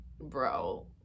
bro